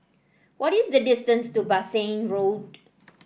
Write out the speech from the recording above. what is the distance to Bassein Road